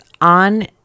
on